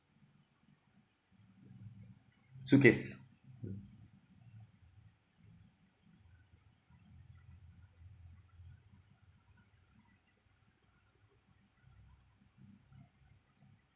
suitcase